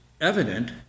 evident